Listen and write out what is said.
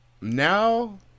Now